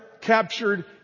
captured